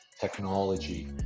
technology